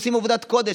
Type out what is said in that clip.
עושים עבודת קודש,